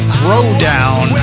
Throwdown